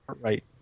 Right